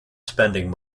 spending